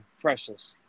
precious